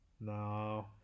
No